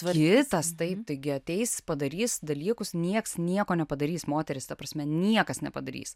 kitas taip taigi ateis padarys dalykus nieks nieko nepadarys moterys ta prasme niekas nepadarys